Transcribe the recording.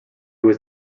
was